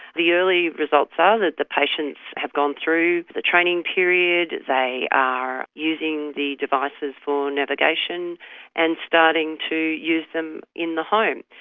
the early results are ah that the patients have gone through but the training period, they are using the devices for navigation and starting to use them in the home.